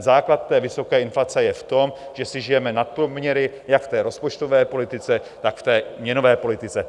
Základ té vysoké inflace je v tom, že si žijeme nad poměry jak v rozpočtové politice, tak v měnové politice.